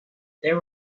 there